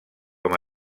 com